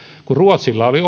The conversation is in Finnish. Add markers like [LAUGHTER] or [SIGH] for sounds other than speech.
kun ruotsilla oli [UNINTELLIGIBLE]